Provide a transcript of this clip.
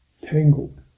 tangled